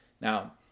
Now